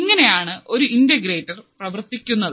ഇങ്ങനെയാണ് ഒരു ഇന്റഗ്രേറ്റർ പ്രവർത്തിക്കുന്നത്